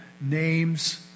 names